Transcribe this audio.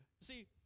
See